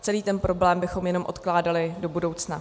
Celý ten problém bychom jenom odkládali do budoucna.